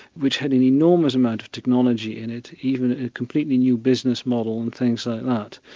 which had an enormous amount of technology in it, even a completely new business model and things like that.